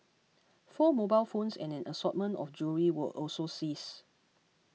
four mobile phones and an assortment of jewellery were also seized